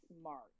smart